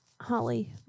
Holly